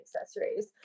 accessories